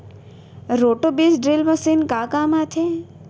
Roto बीज drill machine का काम आथे?